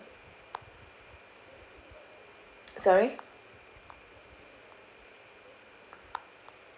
sorry